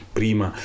prima